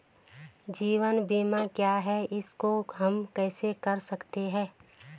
जीवन बीमा क्या है इसको हम कैसे कर सकते हैं?